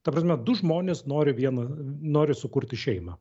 ta prasme du žmonės nori viena nori sukurti šeimą